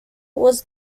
was